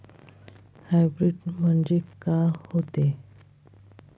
Hybrid म्हनजे का होते?